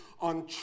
on